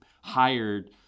hired